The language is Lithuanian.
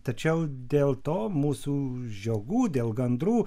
tačiau dėl to mūsų žiogų dėl gandrų